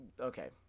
okay